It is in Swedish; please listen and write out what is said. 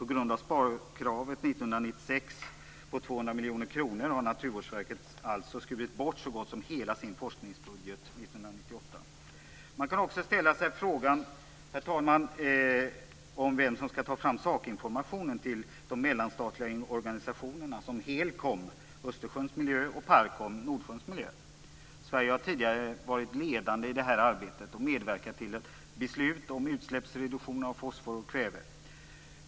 På grund av sparkravet 1996 på 200 miljoner kronor har Naturvårdsverket alltså skurit bort så gott som hela sin forskningsbudget 1998. Man kan också ställa sig frågan, herr talman, vem som skall ta fram sakinformationen till de mellanstatliga organisationerna som HELCOM, Östersjöns miljö, och PARCOM, Nordsjöns miljö. Sverige har tidigare varit ledande i det här arbetet och medverkat till ett beslut om utsläppsreduktioner av fosfor och kväve.